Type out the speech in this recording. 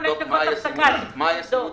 לבדוק מה הישימות